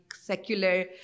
secular